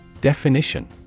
Definition